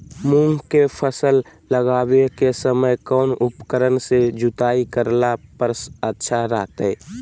मूंग के फसल लगावे के समय कौन उपकरण से जुताई करला पर अच्छा रहतय?